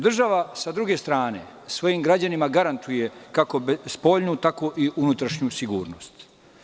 Država, sa druge strane, svojim građanima garantuje, kako spoljnu, tako i unutrašnju sigurnost.